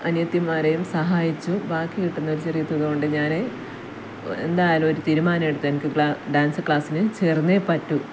അനിയത്തിമാരെയും സഹായിച്ചു ബാക്കി കിട്ടുന്ന ഒരു ചെറിയ തുക കൊണ്ട് ഞാൻ എന്തായാലും ഒരു തീരുമാനെടുത്തു എനിക്ക് ഡാൻസ് ക്ലാസിന് ചേർന്നേ പറ്റൂ